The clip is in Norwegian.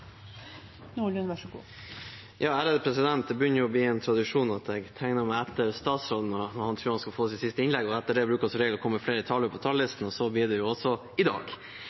Det begynner å bli en tradisjon at jeg tegner meg etter statsråden når han tror han skal få sitt siste innlegg. Etter det bruker det som regel å komme flere talere på talerlisten, og sånn blir det også i dag.